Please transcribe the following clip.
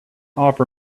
offer